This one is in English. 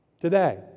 today